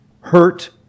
hurt